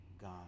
God